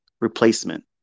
replacement